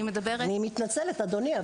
אני מתנצלת אדוני,